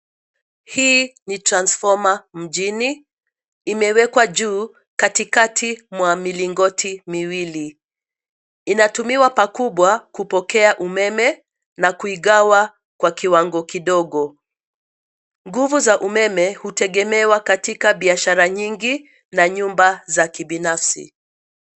Hii, ni transfoma mjini, imewekwa juu, katikati mwa milingoti miwili, inatumiwa pakubwa kupokea umeme, na kuigawa kwa kiwango kidogo. Nguvu za umeme, hutegemewa katika biashara nyingi, na nyumba za kibinafsi.